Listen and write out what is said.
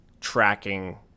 tracking